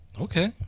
Okay